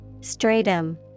Stratum